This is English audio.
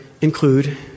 include